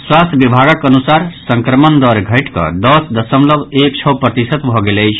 स्वास्थ्य विभागक अनुसार संक्रमणक दर घटि कऽ दस दशमलव एक छओ प्रतिशत भऽ गेल अछि